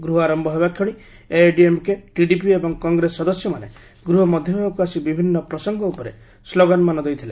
ଗୃହ ଆରମ୍ଭ ହେବାକ୍ଷଣି ଏଆଇଡିଏମ୍କେ ଟିଡିପି ଏବଂ କଂଗ୍ରେସ ସଦସ୍ୟମାନେ ଗ୍ରହ ମଧ୍ୟଭାଗକୁ ଆସି ବିଭିନ୍ନ ପ୍ରସଙ୍ଗ ଉପରେ ସ୍କୋଗାନ୍ମାନ ଦେଇଥିଲେ